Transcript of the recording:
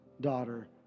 daughter